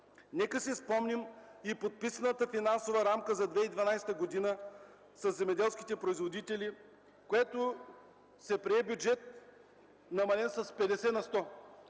Нека да си спомним и подписаната финансова рамка за 2012 г. със земеделските производители, с която се прие бюджет, намален с 50 на сто.